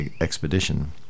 expedition